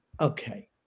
okay